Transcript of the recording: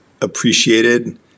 appreciated